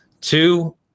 Two